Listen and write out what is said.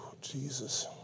Jesus